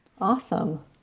Awesome